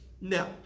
Now